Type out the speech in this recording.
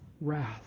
wrath